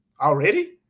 already